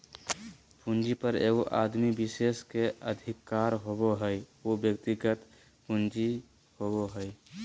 पूंजी पर एगो आदमी विशेष के अधिकार होबो हइ उ व्यक्तिगत पूंजी होबो हइ